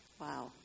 Wow